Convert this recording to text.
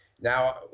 Now